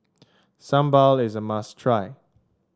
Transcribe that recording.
sambal is a must try